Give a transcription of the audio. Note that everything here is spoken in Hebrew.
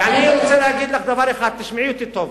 ולקבל את כל השירותים ממדינת ישראל